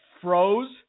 froze